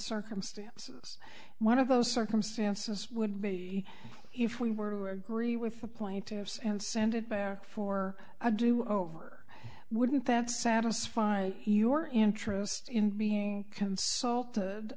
circumstances one of those circumstances would be if we were to agree with the plaintiffs and send it back for a do over wouldn't that satisfy your interest in being consulted